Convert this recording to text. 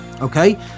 okay